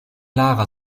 lara